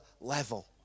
level